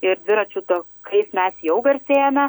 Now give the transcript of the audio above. ir dviračių ta kais mes jau garsėjame